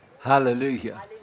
Hallelujah